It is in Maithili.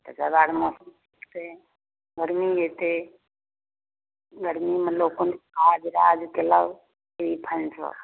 तेकर बादमे फेर गरमी एतेक गरमीमे लोक काज ताज कयलक फ्री